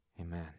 amen